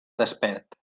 despert